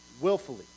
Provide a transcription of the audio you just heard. willfully